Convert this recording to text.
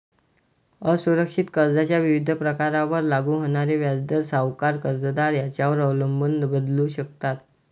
असुरक्षित कर्जाच्या विविध प्रकारांवर लागू होणारे व्याजदर सावकार, कर्जदार यांच्यावर अवलंबून बदलू शकतात